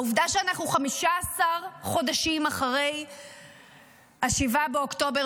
העובדה שאנחנו 15 חודשים אחרי 7 באוקטובר